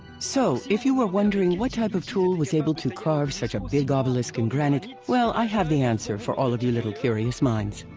so, if you were wondering what type of tool was able to carve such a big obelisk in granite, well i have the answer for all of you little curious minds.